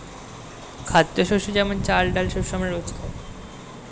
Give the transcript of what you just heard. খাদ্যশস্য যেমন চাল, ডাল শস্য আমরা রোজ খাই